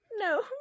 No